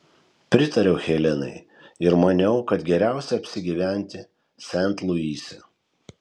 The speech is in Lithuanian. pritariau helenai ir maniau kad geriausia apsigyventi sent luise